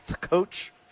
coach